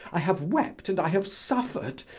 i have wept and i have suffered,